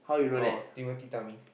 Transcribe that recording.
oh Timothy tummy